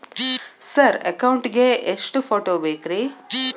Sir account ಗೇ ಎಷ್ಟು photo ಬೇಕ್ರಿ?